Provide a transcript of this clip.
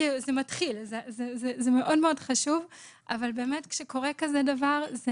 זה מאוד חשוב אבל באמת כשקורה כזה דבר,